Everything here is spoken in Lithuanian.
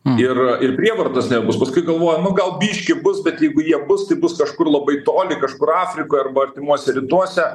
ir ir prievartos nebus paskui galvojo nu gal biškį bus bet jeigu jie bus tai bus kažkur labai toli kažkur afrikoje arba artimuose rytuose